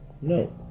no